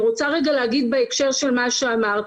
אני רוצה רגע להגיד בהקשר של מה שאמרת.